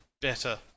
better